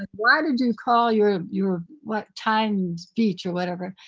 why did you call your ah your what times beach or whatever?